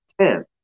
ten